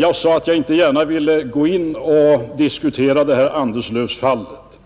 Jag sade att jag inte gärna ville diskutera Anderslövsfallet,